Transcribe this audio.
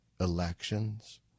elections